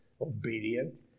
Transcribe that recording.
obedient